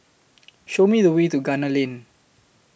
Show Me The Way to Gunner Lane